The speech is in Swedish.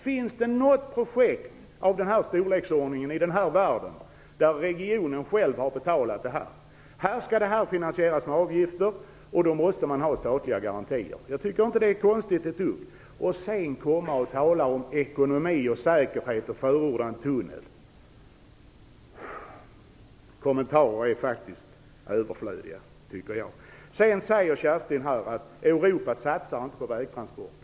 Finns det något projekt i den här storleksordningen i hela världen där regionen själv har betalat? Det här skall finansieras med avgifter, och då måste man ha statliga garantier. Jag tycker inte att det är ett dugg konstigt. När man sedan talar om ekonomi och säkerhet och dessutom förordar en tunnel tycker jag faktiskt att kommentarer är överflödiga. Kerstin Warnerbring säger också att Europa inte satsar på vägtransporter.